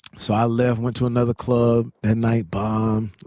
so i left, went to another club that night, bombed.